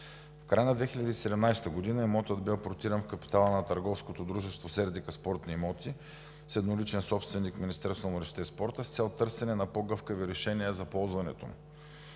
В края на 2017 г. имотът бе апортиран в капитала на търговското дружество „Сердика спортни имоти“ с едноличен собственик Министерството на младежта и спорта с цел търсене на по-гъвкави решения за ползването